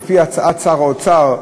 כפי הצעת שר האוצר,